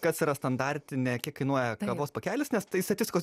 kas yra standartinė kiek kainuoja kavos pakelis nes tai statistikos